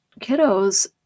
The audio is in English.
kiddos